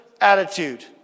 attitude